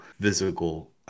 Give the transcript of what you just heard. physical